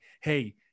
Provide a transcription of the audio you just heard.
Hey